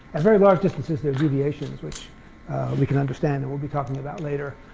at very large distances there's deviations, which we can understand and we'll be talking about later,